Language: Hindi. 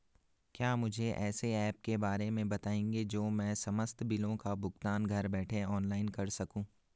क्या मुझे ऐसे ऐप के बारे में बताएँगे जो मैं समस्त बिलों का भुगतान घर बैठे ऑनलाइन कर सकूँ?